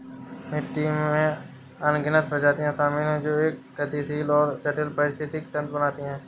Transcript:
मिट्टी में अनगिनत प्रजातियां शामिल हैं जो एक गतिशील और जटिल पारिस्थितिकी तंत्र बनाती हैं